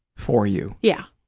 for you. yeah.